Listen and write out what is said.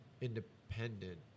independent